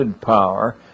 power